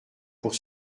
pour